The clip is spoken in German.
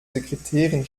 sekretärin